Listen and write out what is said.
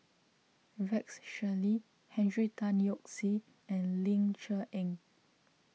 Rex Shelley Henry Tan Yoke See and Ling Cher Eng